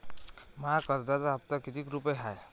माया कर्जाचा हप्ता कितीक रुपये हाय?